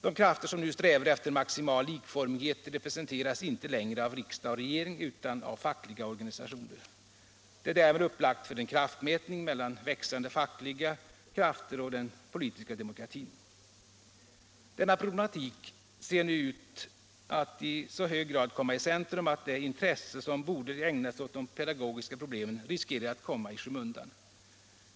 De krafter som nu strävar efter maximal likformighet representeras inte längre av riksdag och regering utan av fackliga organisationer. Det är därmed upplagt för en kraftmätning mellan växande fackliga anspråk och den politiska demokratin. Denna problematik ser nu ut att i så hög grad komma i centrum, att det intresse som borde ägnas åt de pedagogiska problemen riskerar att komma i skymundan.